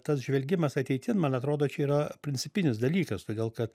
tas žvelgimas ateitin man atrodo čia yra principinis dalykas todėl kad